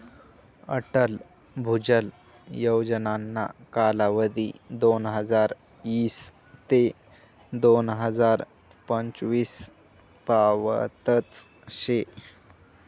अटल भुजल योजनाना कालावधी दोनहजार ईस ते दोन हजार पंचवीस पावतच शे